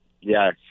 Yes